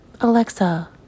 Alexa